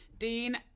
Dean